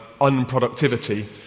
unproductivity